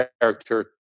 character